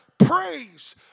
Praise